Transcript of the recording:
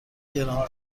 گران